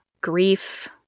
grief